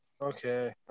okay